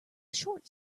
short